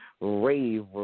rave